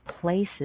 places